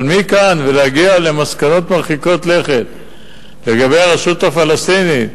אבל מכאן עד להגיע למסקנות מרחיקות לכת לגבי הרשות הפלסטינית,